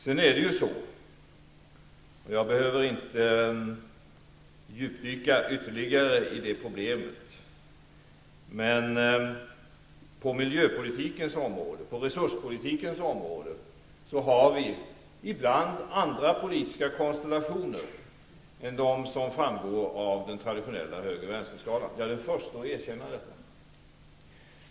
Sedan är det så -- jag behöver inte djupdyka ytterligare i det problemet -- att vi på miljöpolitikens och resurspolitikens område ibland har andra politiska konstellationer än vad som den framgår av den traditionella höger--vänster-skalan. Jag är den förste att erkänna det.